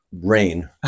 rain